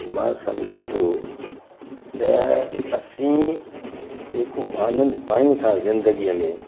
मां सम्झां थो त असीं जेको आनंद पायूं था ज़िन्दगीअ में